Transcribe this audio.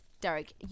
Derek